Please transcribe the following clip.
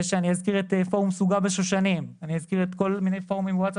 אין להם מרכז בריאות לאישה וזה לא כמו שזה מוגדר "מיון קדמי".